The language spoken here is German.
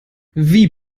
wie